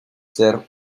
ser